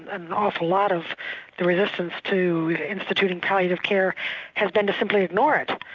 an awful lot of the resistance to instituting palliative care has been to simply ignore it,